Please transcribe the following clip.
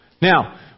Now